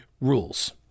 rules